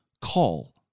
call